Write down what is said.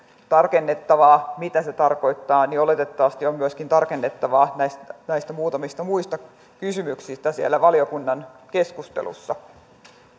tarkennettavaa siinä mitä se tarkoittaa oletettavasti on myöskin tarkennettavaa näissä muutamissa muissa kysymyksissä siellä valiokunnan keskustelussa